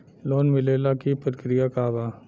Loan मिलेला के प्रक्रिया का बा?